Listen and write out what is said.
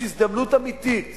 הזדמנות אמיתית